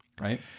Right